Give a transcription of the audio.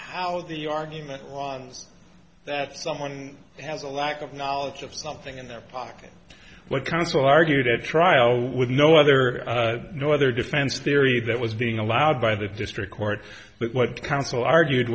how the argument that someone has a lack of knowledge of something in their pocket what counsel argued at trial with no other no other defense theory that was being allowed by the district court but counsel argued